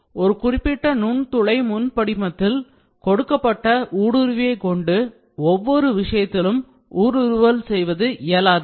ஒரு குறிப்பிட்ட நுண்துளை முன் படிமத்தில் கொடுக்கப்பட்ட ஊடுருவியைக் கொண்டு ஒவ்வொரு விஷயத்திலும் ஊடுருவல் செய்வது இயலாதது